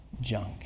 junk